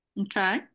okay